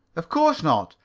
of course not.